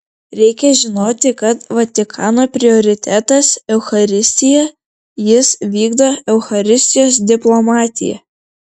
reikia žinoti kad vatikano prioritetas eucharistija jis vykdo eucharistijos diplomatiją